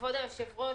כבוד היושב-ראש,